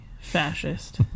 fascist